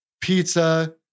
pizza